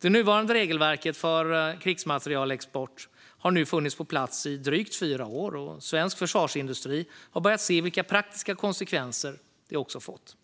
Det nuvarande regelverket för krigsmaterielexport har nu funnits på plats i drygt fyra år, och svensk försvarsindustri har börjat se vilka praktiska konsekvenser det har fått.